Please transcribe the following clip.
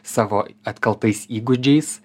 savo atkaltais įgūdžiais